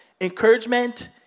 Encouragement